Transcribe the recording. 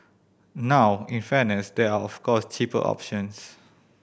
now in fairness there are of course cheaper options